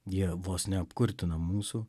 jie vos neapkurtina mūsų